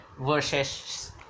versus